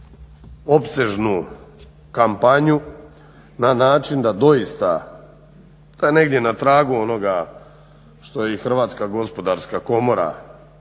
opsežnu kampanju na način da doista koja je negdje na tragu onoga što je i Hrvatska gospodarska komora počela